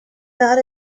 not